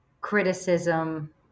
criticism